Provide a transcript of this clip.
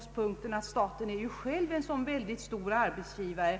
Staten är ju själv en stor arbetsgivare.